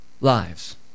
lives